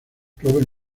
robert